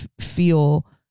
feel